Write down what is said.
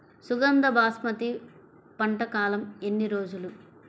సుగంధ బాస్మతి పంట కాలం ఎన్ని రోజులు?